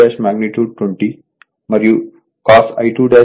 5 I2 magnitude 20 మరియు cos I2యాంగిల్ 36